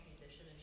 musician